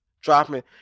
dropping